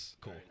Cool